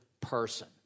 person